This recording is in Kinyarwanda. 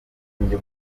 umuhate